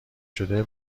شده